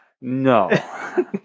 No